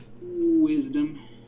Wisdom